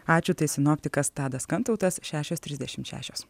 ačiū tai sinoptikas tadas kantautas šešios trisdešimt šešios